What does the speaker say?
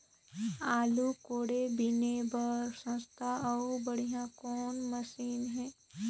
आलू कोड़े बीने बर सस्ता अउ बढ़िया कौन मशीन हे?